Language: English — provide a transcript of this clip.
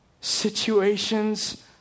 situations